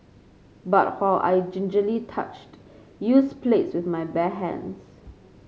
but while I gingerly touched used plates with my bare hands